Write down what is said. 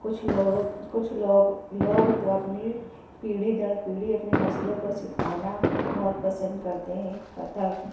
کچھ لوگوں کچھ لوگ لوگ تو اپنی پیڑھی در پیڑھی اپنی نسلوں کو سکھانا بہت پسند کرتے ہیں کتھک